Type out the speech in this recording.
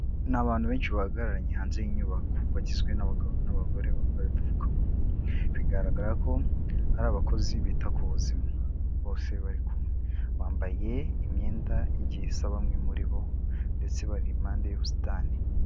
Ni abantu benshi bahagararanye hanze y'inyubako bagizwe n'abagabo n'abagore bambaye udupfukamunwa, bigaragara ko ari abakozi bita ku buzima bose bari kumwe, bambaye imyenda igiye isa bamwe muri bo ndetse bari impande y'ubusitani.